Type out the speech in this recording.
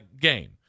game